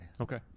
Okay